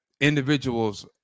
individuals